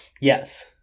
Yes